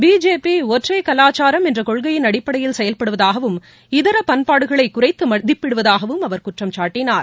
BJP ஒற்றைக் கலாச்சாரம் என்ற கொள்கையின் அடிப்படையில் செயல்படுவதாகவும் இதர பண்பாடுகளை குறைத்து மதிப்பிடுவதாகவும் அவர் குற்றம் சாட்டினார்